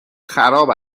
خراب